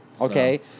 Okay